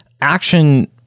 action